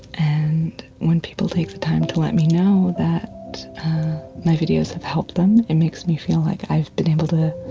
and when people take the time to let me know that my videos have helped them, it makes me feel like i've been able to